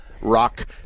rock